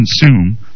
consume